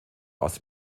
aus